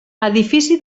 edifici